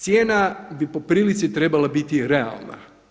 Cijena bi po prilici trebala biti realna.